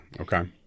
Okay